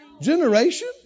generation